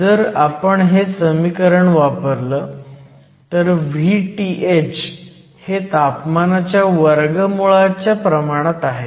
जर आवण हे समीकरण वापरलं तर Vth हे तापमानाच्या वर्गामुळाच्या प्रमाणात आहे